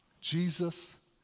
Jesus